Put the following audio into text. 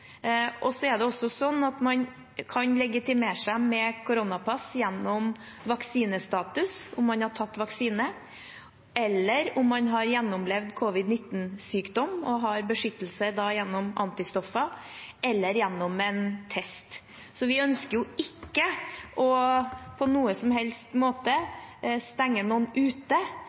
og det som bekreftes i innstillingen fra komiteen i dag, kan koronapass brukes til å lempe på tiltak – i den rekkefølgen. Det er også sånn at man kan legitimere seg med koronapass gjennom vaksinestatus, om man har tatt vaksine, eller om man har gjennomlevd covid-19-sykdom og da har beskyttelse gjennom antistoffer eller gjennom en negativ test. Vi ønsker ikke på noen